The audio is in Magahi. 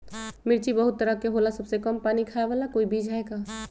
मिर्ची बहुत तरह के होला सबसे कम पानी खाए वाला कोई बीज है का?